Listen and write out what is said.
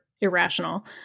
irrational